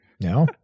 No